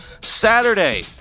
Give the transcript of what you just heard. Saturday